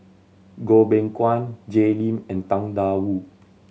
Goh Beng Kwan Jay Lim and Tang Da Wu